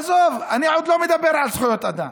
עזוב, אני עוד לא מדבר על זכויות אדם,